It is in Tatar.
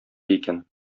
икән